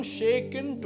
shaken